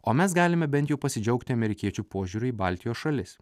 o mes galime bent jau pasidžiaugti amerikiečių požiūriu į baltijos šalis